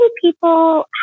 people